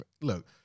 look